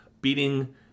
beating